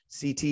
CT